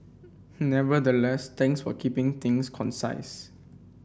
nevertheless thanks for keeping things concise